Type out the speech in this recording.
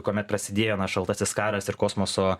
kuomet prasidėjo na šaltasis karas ir kosmoso